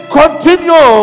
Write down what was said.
continue